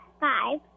Five